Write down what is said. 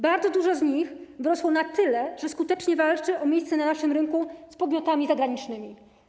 Bardzo dużo z nich wyrosło na tyle, że skutecznie walczą o miejsce na naszym rynku z podmiotami zagranicznymi.